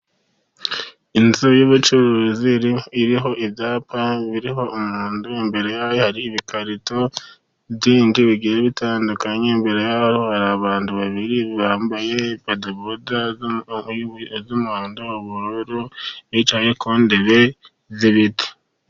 Inzu y'ubucuruzi iriho ibyapa biriho umuntu, imbere yayo hari bikarito byinshi bigiye bitandukanye, imbere yaho hari abantu babiri bambaye bodaboda z'umuhondo, ubururu bicaye ku ntebe z'ibiti.